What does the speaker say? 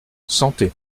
santé